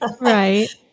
Right